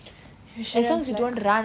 you shouldn't flex